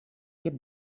get